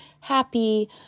happy